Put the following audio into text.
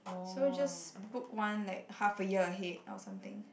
so you just book one like half a year ahead or something